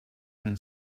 and